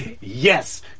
Yes